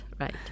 right